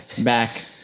Back